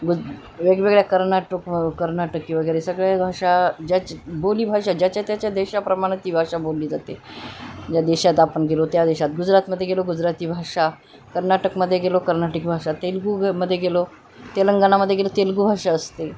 गुज वेगवेगळ्या कर्नाटक कर्नाटकी वगैरे सगळ्या भाषा ज्याच बोली भाषा ज्याच्या त्याच्या देशाप्रमाणं ती भाषा बोलली जाते ज्या देशात आपण गेलो त्या देशात गुजरातमध्ये गेलो गुजराती भाषा कर्नाटकमध्ये गेलो कर्नाटक भाषा तेलगुमध्ये गेलो तेलंगणामध्ये गेलो तेलगू भाषा असते